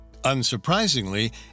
Unsurprisingly